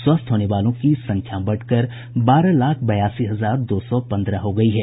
स्वस्थ होने वालों की संख्या बढ़कर बारह लाख बयासी हजार दो सौ पंद्रह हो गयी है